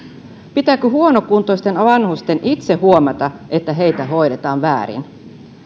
pitääkö huonokuntoisten vanhusten itse huomata että heitä hoidetaan väärin